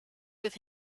with